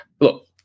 look